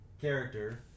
character